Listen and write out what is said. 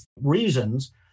reasons